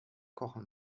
kochen